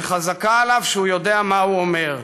וחזקה עליו שהוא יודע מה הוא אומר.